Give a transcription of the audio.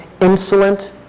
insolent